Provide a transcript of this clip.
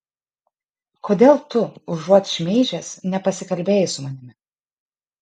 kodėl tu užuot šmeižęs nepasikalbėjai su manimi